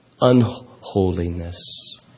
Unholiness